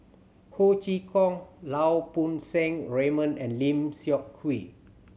Ho Chee Kong Lau Poo Seng Raymond and Lim Seok Hui